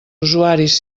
usuaris